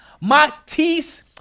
Matisse